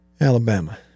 Alabama